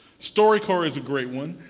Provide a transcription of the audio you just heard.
story corps is a great one.